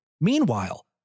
Meanwhile